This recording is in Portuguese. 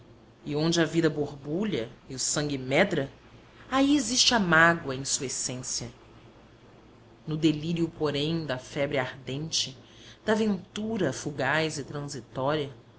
e onde a vida borbulha e o sangue medra aí existe a mágua em sua essência no delírio porém da febre ardente da ventura fugaz e transitória